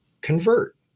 Convert